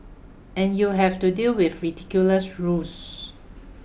and you have to deal with ridiculous rules